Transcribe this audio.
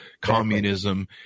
communism